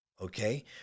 okay